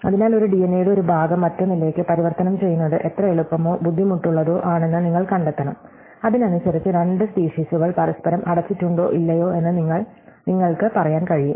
അതിനാൽ ഒരു ഡിഎൻഎയുടെ ഒരു ഭാഗം മറ്റൊന്നിലേക്ക് പരിവർത്തനം ചെയ്യുന്നത് എത്ര എളുപ്പമോ ബുദ്ധിമുട്ടുള്ളതോ ആണെന്ന് നിങ്ങൾ കണ്ടെത്തണം അതിനനുസരിച്ച് രണ്ട് സ്പീഷീസുകൾ പരസ്പരം അടച്ചിട്ടുണ്ടോ ഇല്ലയോ എന്ന് നിങ്ങൾക്ക് പറയാൻ കഴിയും